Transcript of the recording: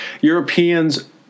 Europeans